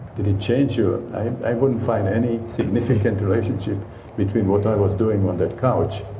did it change you? i wouldn't find any significant relationship between what i was doing on that couch,